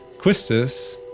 Quistis